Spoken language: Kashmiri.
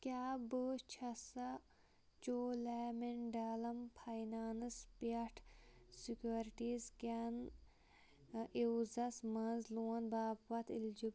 کیٛاہ بہٕ چھَسا چولامنٛڈَلم فاینانٛس پٮ۪ٹھ سِکیورٹیٖز کیٚن عِوزَس منٛز لون باپتھ الیجبل ؟